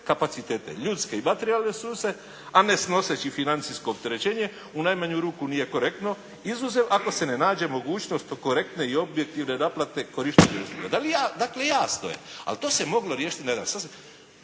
kapacitete, ljudske i materijalne resurse, a ne snoseći financijsko opterećenje u najmanju ruku nije korektno izuzev ako se ne nađe mogućnost korektne i objektivne naplate korištenja usluga. Dakle jasno je, ali to se moglo riješiti na jedan sasvim,